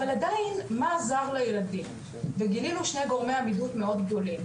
אבל עדיין מה עזר לילדים וגילינו שני גורמי עמידות מאוד גדולים,